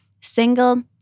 single